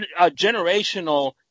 generational